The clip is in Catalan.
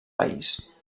país